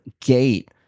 gate